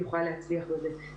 יכול להצליח בזה.